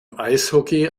eishockey